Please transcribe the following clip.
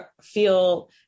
feel